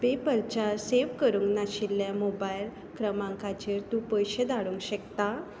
पेपॅलच्या save करूंक नाशिल्ल्या mobile क्रमांकांचेर तूं पयशें धाडूंक शकता